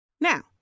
Now